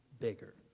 bigger